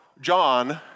John